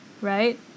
right